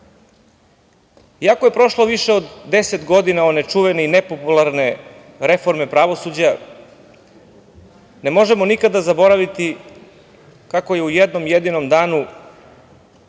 je prošlo više od deset godina od one čuvene i nepopularne reforme pravosuđa ne možemo nikada zaboraviti kako je u jednom jedinom danu,